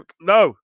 No